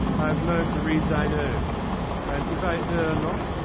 i have learned to read thine own and if i err not,